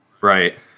Right